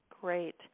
Great